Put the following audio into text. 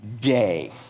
day